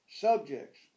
subjects